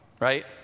right